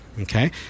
Okay